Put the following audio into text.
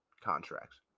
contracts